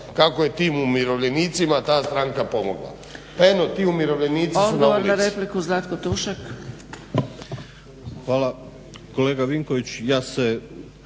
kako je tim umirovljenicima ta stranka pomogla. Pa eno ti umirovljenici su na ulici.